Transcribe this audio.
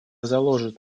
заложит